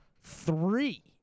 three